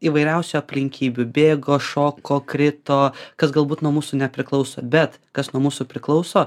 įvairiausių aplinkybių bėgo šoko krito kas galbūt nuo mūsų nepriklauso bet kas nuo mūsų priklauso